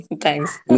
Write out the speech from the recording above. thanks